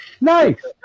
Nice